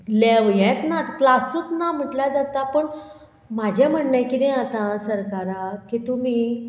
हेत ना क्लासूत ना म्हटल्यार जाता पूण म्हाजें म्हणणें किदें आतां सरकाराक की तुमी